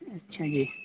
اچھا جی